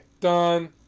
done